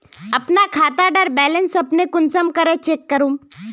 अपना खाता डार बैलेंस अपने कुंसम करे चेक करूम?